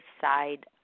side